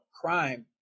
crime